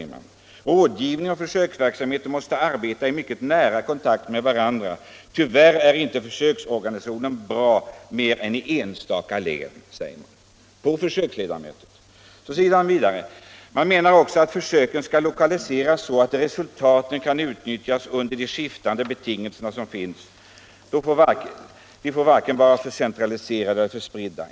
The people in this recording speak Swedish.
Rådgivning och försöksverksamhet måste arbeta i mycket nära kontakt med varande ——=—. Tyvärr är inte försöksorganisationen bra mer än i enstaka län.” Sedan fortsätter man och säger att ”försöken ska lokaliseras så att resultaten kan utnyttjas under de skiftande betingelser som finns. — De får varken vara för centraliserade eller för spridda.